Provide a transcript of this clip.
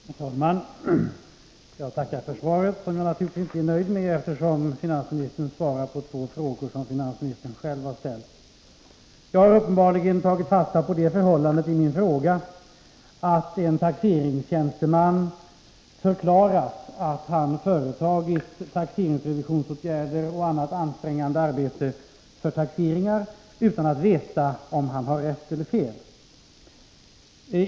Herr talman! Jag tackar för svaret, som jag naturligtvis inte är nöjd med eftersom finansministern svarar på två frågor som finansministern själv har ställt. I min fråga har jag tagit fasta på det förhållandet att en taxeringstjänsteman förklarat att han företagit taxeringsrevisionsåtgärder och annat ansträngande arbete för taxeringar utan att veta om han har rätt eller fel.